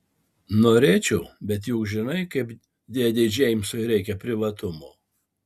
norėčiau bet juk žinai kaip dėdei džeimsui reikia privatumo